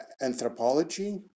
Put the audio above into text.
anthropology